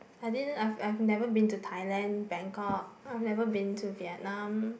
I didn't I've I've never been to Thailand Bangkok I've never been to Vietnam